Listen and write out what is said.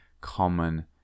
common